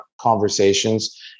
conversations